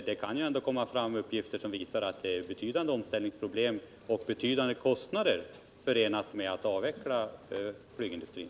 Det kan ju komma fram uppgifter som visar att betydande omställningsproblem och betydande kostnader är förenade med att avveckla flygindustrin.